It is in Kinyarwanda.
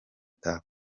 tuff